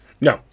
No